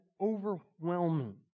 overwhelming